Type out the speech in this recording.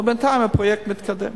אבל בינתיים הפרויקט מתקדם,